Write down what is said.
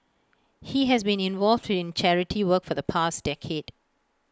he has been involved in charity work for the past decade